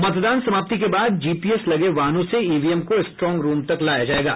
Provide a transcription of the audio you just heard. मतदान समाप्ति के बाद जीपीएस लगे वाहनों से ईवीएम को स्ट्रांग रूम तक लाया जायेगा